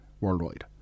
worldwide